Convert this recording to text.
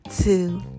two